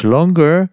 Longer